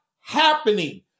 happening